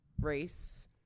race